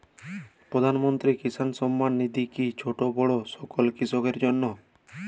প্রধানমন্ত্রী কিষান সম্মান নিধি কি ছোটো বড়ো সকল কৃষকের জন্য?